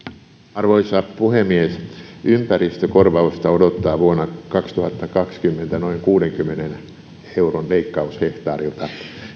arvoisa puhemies ympäristökorvausta odottaa vuonna kaksituhattakaksikymmentä noin kuudenkymmenen euron leikkaus hehtaarilta